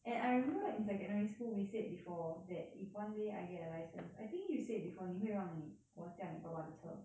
and I remember in secondary school we said before that if one day I get a license I think you said before 你会让你我驾你爸爸的车